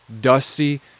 Dusty